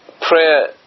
prayer